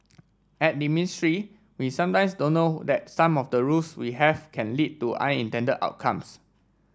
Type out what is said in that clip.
at the ministry we sometimes don't know that some of the rules we have can lead to unintended outcomes